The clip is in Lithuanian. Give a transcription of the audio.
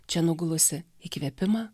čia nugulusį įkvėpimą